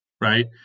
Right